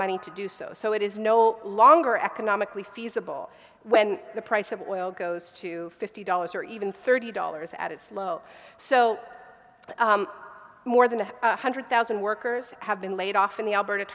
money to do so so it is no longer economically feasible when the price of oil goes to fifty dollars or even thirty dollars at it's low so more than one hundred thousand workers have been laid off in the alberta